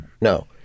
no